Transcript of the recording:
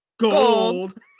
Gold